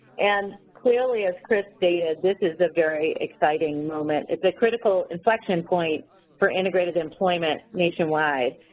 and clearly as chris stated, this is a very exciting moment. it's a critical inflection point for integrated employment nationwide.